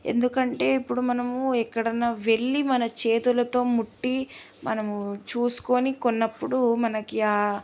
ఎందుకంటే ఇప్పుడు మనము ఎక్కడన్నా వెళ్ళి మన చేతులతో ముట్టి మనము చూసుకొని కొన్నప్పుడు మనకి